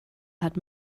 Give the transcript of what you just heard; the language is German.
hat